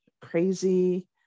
crazy